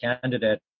candidate